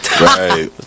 Right